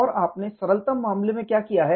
और आपने सरलतम मामले में क्या किया है